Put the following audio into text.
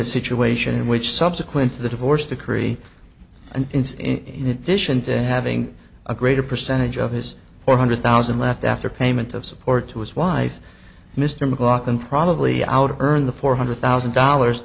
a situation in which subsequent to the divorce decree and in addition to having a greater percentage of his four hundred thousand left after payment of support to his wife mr mclaughlin probably out earn the four hundred thousand dollars